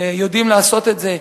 יודעים לעשות את זה.